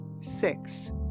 six